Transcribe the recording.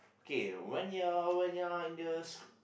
okay when you are when you are in the sc~